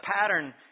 pattern